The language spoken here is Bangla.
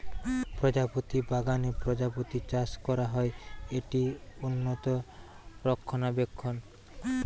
প্রজাপতি বাগানে প্রজাপতি চাষ করা হয়, এটি উন্নত রক্ষণাবেক্ষণ